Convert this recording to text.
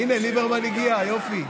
הינה, ליברמן הגיע, יופי.